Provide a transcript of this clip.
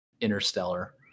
Interstellar